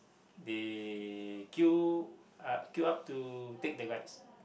they queue uh queue up to take the rides